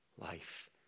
life